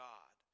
God